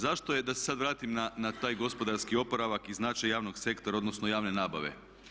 Zašto, da se sad vratim na taj gospodarski oporavak i značaj javnog sektora odnosno javne nabave.